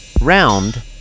round